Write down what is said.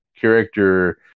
character